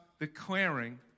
declaring